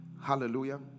Hallelujah